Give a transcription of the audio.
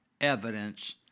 evidence